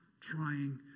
trying